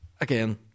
Again